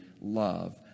love